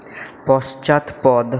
পশ্চাৎপদ